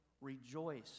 rejoice